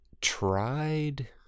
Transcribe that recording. tried